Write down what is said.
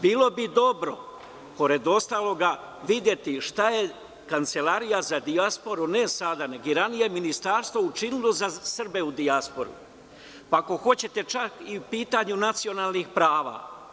Bilo bi dobro, pored ostalog, videti šta je Kancelarija za dijasporu, ne sada, nego ranijeg ministarstva, učinila za Srbe u dijaspori, pa ako hoćete čak i po pitanju nacionalnih prava.